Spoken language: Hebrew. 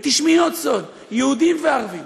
ותשמעי עוד סוד: יהודים וערבים.